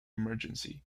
emergency